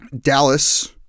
Dallas